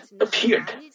appeared